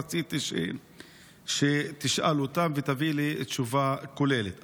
רציתי שתשאל אותם ותביא לי תשובה כוללת.